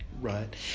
Right